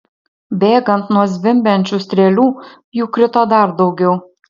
bėgant nuo zvimbiančių strėlių jų krito dar daugiau